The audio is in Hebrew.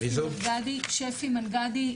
שפי מנגדי,